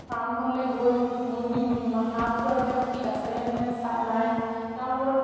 ফাৰ্মখনলে গৈ মুৰ্গী হাঁহ কুকুৰাবিলাক ঠিক আছেে নাই চাই নাই তাৰ ওপৰত